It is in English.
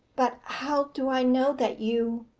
but how do i know that you.